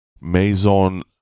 Maison